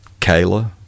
Kayla